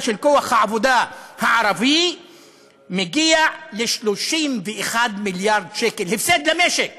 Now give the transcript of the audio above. של כוח העבודה הערבי מגיע ל-31 מיליארד שקל הפסד למשק